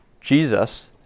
Jesus